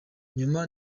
nyuma